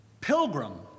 pilgrim